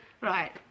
Right